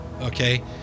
Okay